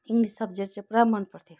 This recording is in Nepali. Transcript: इङ्ग्लिस सब्जेट चाहिँ पुरा मनपर्थ्यो